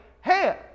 hey